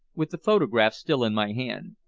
with the photograph still in my hand.